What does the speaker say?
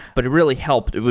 but it really helped.